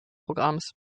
programms